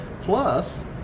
Plus